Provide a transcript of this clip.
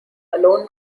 alone